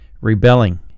rebelling